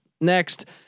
next